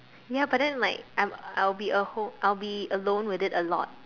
ya but then like I'm I'll be a home I'll be alone with it a lot